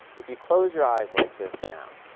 if you close your eyes like this now,